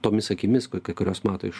tomis akimis kai kai kurios mato iš